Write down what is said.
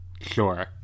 sure